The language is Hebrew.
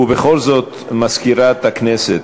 ובכל זאת, מזכירת הכנסת,